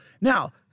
Now